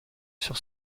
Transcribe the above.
sur